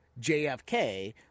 JFK